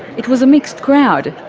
it was a mixed crowd.